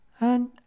And